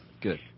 good